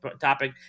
topic